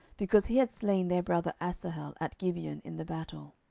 because he had slain their brother asahel at gibeon in the battle.